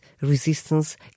resistance